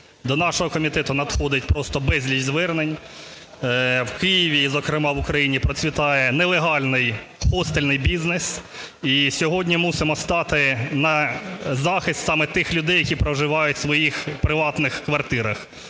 До нашого комітету надходить просто безліч звернень, в Києві і, зокрема, в Україні процвітає нелегальний хостельний бізнес. І сьогодні мусимо стати на захист саме тих людей, які проживають в своїх приватних квартирах,